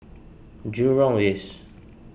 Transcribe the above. Jurong East